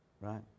right